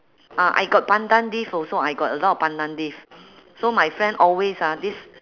ah I got pandan leaf also I got a lot of pandan leaf so my friend always ah this